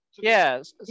Yes